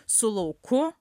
su lauku